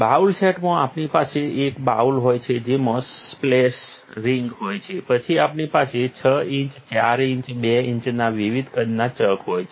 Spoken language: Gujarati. બાઉલ સેટમાં આપણી પાસે એક બાઉલ હોય છે જેમાં સ્પ્લેશ રિંગ હોય છે પછી આપણી પાસે 6 ઇંચ 4 ઇંચ 2 ઇંચના વિવિધ કદના ચક હોય છે